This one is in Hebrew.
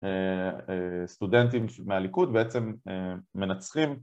סטודנטים מהליכוד בעצם מנצחים